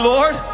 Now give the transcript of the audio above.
Lord